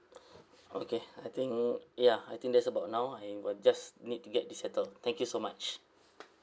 okay I think ya I think that's about now I will just need to get this settled thank you so much